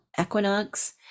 equinox